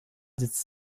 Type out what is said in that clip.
sitzt